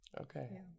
okay